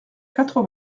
quatre